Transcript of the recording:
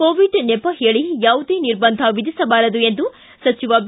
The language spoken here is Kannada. ಕೋವಿಡ್ ನೆಪಹೇಳಿ ಯಾವುದೇ ನಿರ್ಭಂಧ ವಿಧಿಸಬಾರದು ಎಂದು ಸಚಿವ ಬಿ